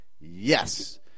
Yes